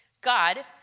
God